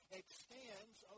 extends